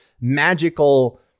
magical